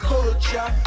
Culture